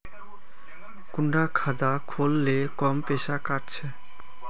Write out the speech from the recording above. कुंडा खाता खोल ले कम पैसा काट छे?